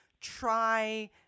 try